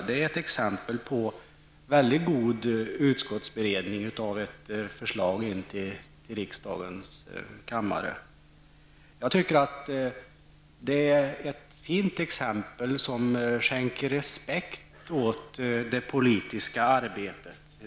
Det är ett exempel på god utskottsberedning av ett förslag till riksdagens kammare. Jag tycker att det är ett fint exempel, som skänker respekt åt det politiska arbetet.